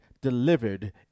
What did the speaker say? delivered